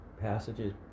passages